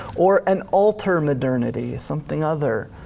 or an alter-modernity, something other.